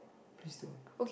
please don't